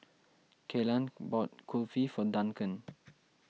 Kelan bought Kulfi for Duncan